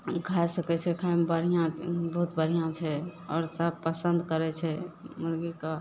खाइ सकय छै खाइमे बढ़िआँ बहुत बढ़िआँ छै आओर सब पसन्द करय छै मुर्गीके